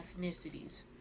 ethnicities